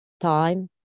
time